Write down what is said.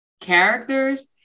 characters